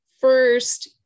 First